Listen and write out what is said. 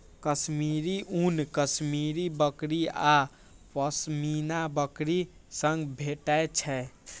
कश्मीरी ऊन कश्मीरी बकरी आ पश्मीना बकरी सं भेटै छै